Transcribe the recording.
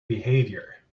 behavior